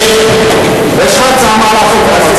יש לך הצעה מה לעשות במצב הזה?